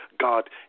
God